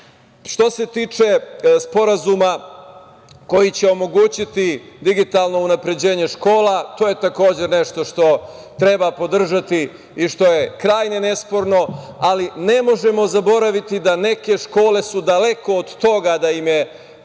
se tiče Sporazuma koji će omogućiti digitalno unapređenje škola, to je, takođe, nešto što treba podržati i što je krajnje nesporno, ali ne možemo zaboraviti da su neke škole daleko od toga da im je